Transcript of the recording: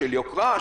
של יוקרה,